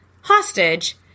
hostage